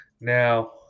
now